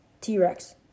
T-Rex